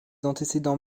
antécédents